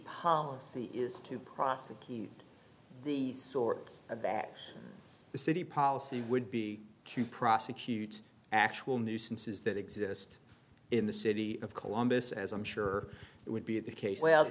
policy is to prosecute the sort of back the city policy would be to prosecute actual nuisances that exist in the city of columbus as i'm sure it would be the case well